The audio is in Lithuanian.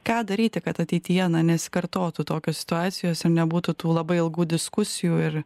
ką daryti kad ateityje na nesikartotų tokios situacijos ir nebūtų tų labai ilgų diskusijų ir